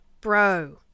Bro